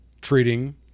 treating